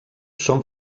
són